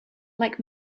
like